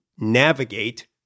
navigate